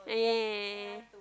yeah yeah yeah yeah yeah yeah yeah